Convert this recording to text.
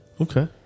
Okay